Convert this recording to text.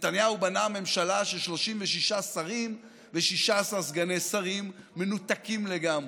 נתניהו בנה ממשלה של 36 שרים ו-16 סגני שרים מנותקים לגמרי.